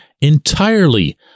entirely